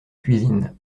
cuisine